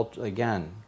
again